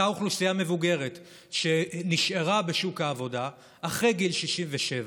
אותה אוכלוסייה מבוגרת שנשארה בשוק העבודה אחרי גיל 67,